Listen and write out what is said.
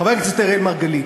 חבר הכנסת אראל מרגלית,